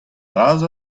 bras